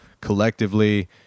collectively